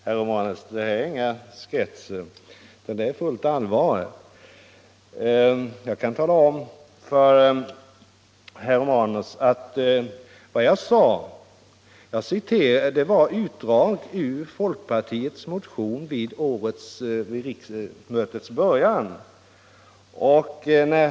Herr talman! Jag vill säga till herr Romanus att det inte finns anledning att tala om några sketcher i anslutning till mitt anförande. Det jag sade var menat på fullt allvar, och jag kan tala om att det jag anförde var ett utdrag ur folkpartiets motion i frågan vid riksmötets början i år.